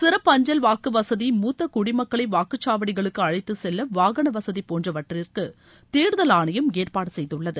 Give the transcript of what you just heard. சிறப்பு அஞ்சல் வாக்கு வசதி மூத்த குடிமக்களை வாக்குச்சாவடிகளுக்கு அழைத்துச்செல்ல வாகன வசதி போன்றவற்றுக்கு தேர்தல் ஆணையம் ஏற்பாடு செய்துள்ளது